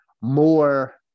more